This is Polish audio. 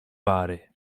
wary